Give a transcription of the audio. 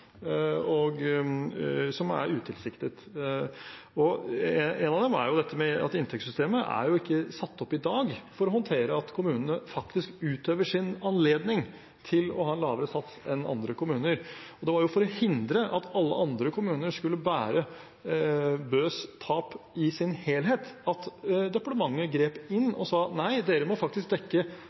som er utilsiktet. En av dem er dette med at inntektssystemet i dag ikke er satt opp for å håndtere at kommunene faktisk utøver sin anledning til å ha en lavere sats enn andre kommuner. Det var for å hindre at alle andre kommuner skulle bære Bøs tap i sin helhet, at departementet grep inn og sa nei, dere må faktisk dekke